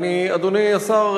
אדוני השר,